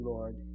Lord